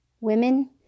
Women